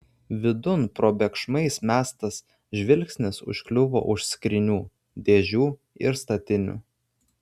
vidun probėgšmais mestas žvilgsnis užkliuvo už skrynių dėžių ir statinių